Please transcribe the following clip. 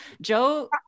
Joe